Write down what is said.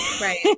Right